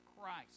Christ